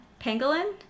pangolin